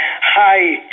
Hi